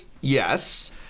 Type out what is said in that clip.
Yes